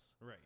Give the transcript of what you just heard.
Right